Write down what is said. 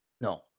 No